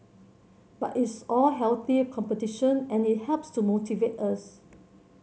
but it's all healthy competition and it helps to motivate us